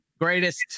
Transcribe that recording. Greatest